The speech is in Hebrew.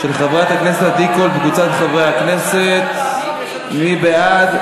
של חברת הכנסת עדי קול וקבוצת חברי הכנסת, מי בעד?